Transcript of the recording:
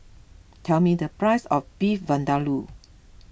tell me the price of Beef Vindaloo